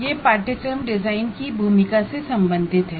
यह course design की भूमिका से संबंधित है